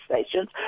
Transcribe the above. stations